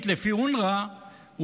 לפי אונר"א,